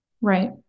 Right